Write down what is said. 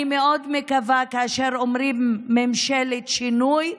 אני מקווה מאוד שכאשר אומרים "ממשלת שינוי",